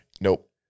Nope